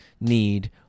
need